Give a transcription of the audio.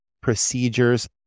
procedures